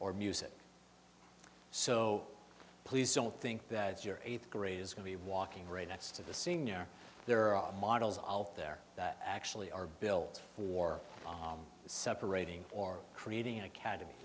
or music so please don't think that your eighth grade is going to be walking right next to the sr there are models all there that actually are built for separating or creating academ